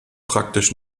praktisch